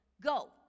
Go